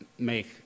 make